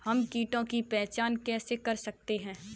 हम कीटों की पहचान कैसे कर सकते हैं?